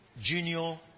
Junior